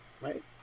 Right